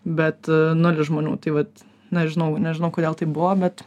bet nulis žmonių tai vat nežinau nežinau kodėl taip buvo bet